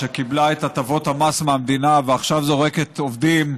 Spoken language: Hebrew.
שקיבלה את הטבות המס מהמדינה ועכשיו זורקת עובדים,